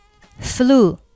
Flu